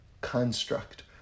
construct